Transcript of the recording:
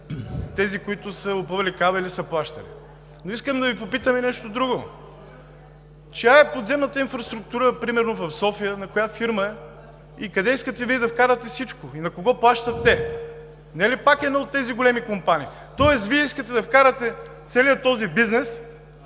тези, които са опъвали кабели, са плащали. Но искам да Ви попитам и нещо друго: чия е подземната ифраструктура примерно в София, примерно на коя фирма е и къде искате Вие да вкарате всичко и на кого плащат те?! Не е ли пак една от тези големи компании? Тоест, Вие искате да вкарате целия този бизнес